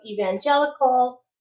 evangelical